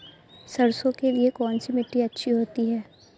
सरसो के लिए कौन सी मिट्टी अच्छी होती है?